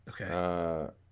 Okay